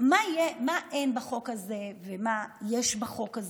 מה אין בחוק הזה ומה יש בחוק הזה?